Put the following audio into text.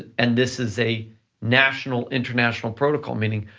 and this is a national international protocol, meaning,